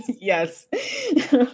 Yes